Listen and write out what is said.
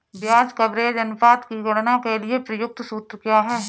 ब्याज कवरेज अनुपात की गणना के लिए प्रयुक्त सूत्र क्या है?